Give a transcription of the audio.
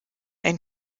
ein